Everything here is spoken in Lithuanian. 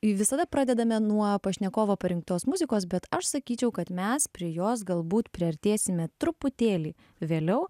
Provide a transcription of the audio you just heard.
kaip visada pradedame nuo pašnekovo parinktos muzikos bet aš sakyčiau kad mes prie jos galbūt priartėsime truputėlį vėliau